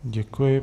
Děkuji.